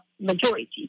majority